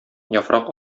яфрак